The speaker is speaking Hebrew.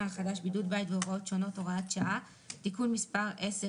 החדש) (בידוד בית והוראות שונות) (הוראת שעה)(תיקון מס' 10),